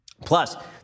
Plus